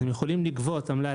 אז הם יכולים לגבות עמלה,